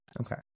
okay